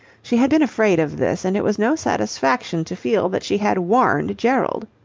she had been afraid of this, and it was no satisfaction to feel that she had warned gerald.